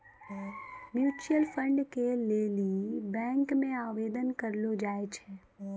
mutual fund के लेली bank मे आवेदन करलो जाय छै